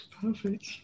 Perfect